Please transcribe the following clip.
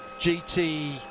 GT